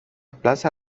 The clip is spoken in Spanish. plaza